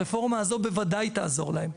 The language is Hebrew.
הרפורמה הזו בוודאי תעזור להם,